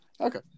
Okay